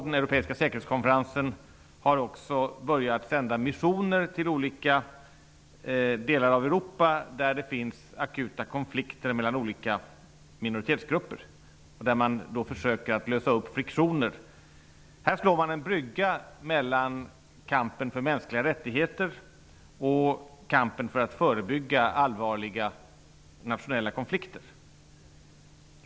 Den europeiska säkerhetskonferensen har också börjat sända missioner till olika delar av Europa där det finns akuta konflikter mellan olika minoritetsgrupper och där man försöker lösa upp friktioner. Man slår en brygga mellan kampen för mänskliga rättigheter och kampen för att förebygga allvarliga nationella konflikter.